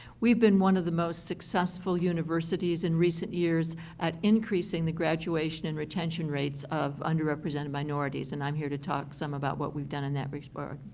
we've been one of the most successful universities in recent years at increasing the graduation and retention rates of underrepresented minorities and i'm here to talk so me about what we've done in that regard.